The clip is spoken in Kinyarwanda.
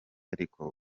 ariko